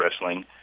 Wrestling